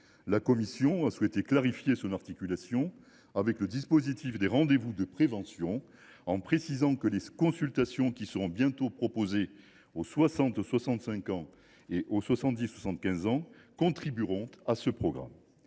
La commission a souhaité clarifier son articulation avec le dispositif des rendez vous de prévention, en précisant que les consultations qui seront bientôt proposées aux 60 65 ans et aux 70 75 ans contribueront à ce programme.